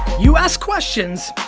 you ask questions,